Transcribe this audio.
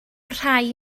rhai